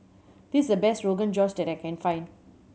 this is the best Rogan Josh that I can find